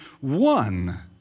one